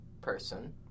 person